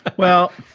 well,